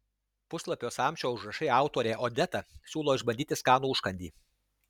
puslapio samčio užrašai autorė odeta siūlo išbandyti skanų užkandį